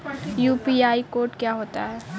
UPI code क्या होता है?